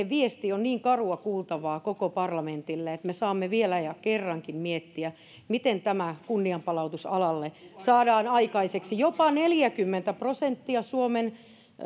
viesti on niin karua kuultavaa koko parlamentille että me saamme vielä ja kerrankin miettiä miten tämä kunnianpalautus alalle saadaan aikaiseksi jopa neljäkymmentä prosenttia suomen